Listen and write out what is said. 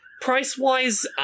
price-wise